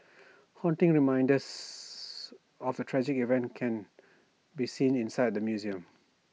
haunting reminders of the tragic event can be seen inside the museum